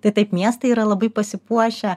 tai taip miestai yra labai pasipuošę